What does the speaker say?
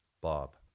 Bob